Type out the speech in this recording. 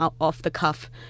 off-the-cuff